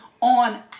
on